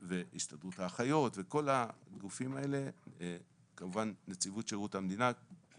הסתדרות האחיות וכמובן נציבות שירות המדינה וכל הגופים האלה,